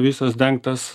visas dengtas